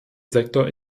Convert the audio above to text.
sektor